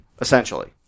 essentially